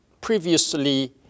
previously